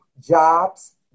jobs